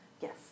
Yes